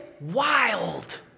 wild